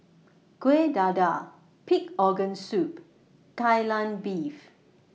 Kueh Dadar Pig Organ Soup Kai Lan Beef